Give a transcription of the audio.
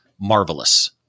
marvelous